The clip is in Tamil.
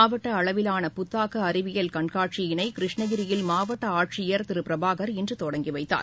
மாவட்ட அளவிலான புத்தாக்க அறிவியல் கண்காட்சியினை கிருஷ்ணகிரியில் மாவட்ட ஆட்சியர் திரு பிரபாகர் இன்று தொடங்கி வைத்தார்